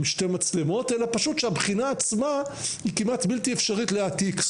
עם שתי מצלמות אלא פשוט שהבחינה עצמה היא כמעט בלתי אפשרית להעתיק.